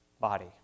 body